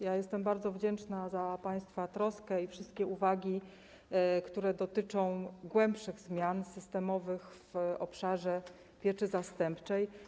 Jestem bardzo wdzięczna za państwa troskę i wszystkie uwagi, które dotyczą głębszych zmian systemowych w obszarze pieczy zastępczej.